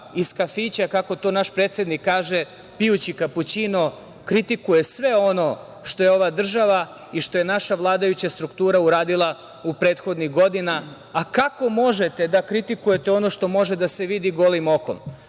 iz kafića, kako to naš predsednik kaže, pijući kapućino, kritikuje sve ono što je ova država i što je naša vladajuća struktura uradila prethodnih godina. Kako možete da kritikujete ono što može da se vidi golim okom?